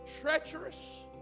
treacherous